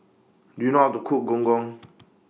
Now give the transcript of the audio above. Do YOU know How to Cook Gong Gong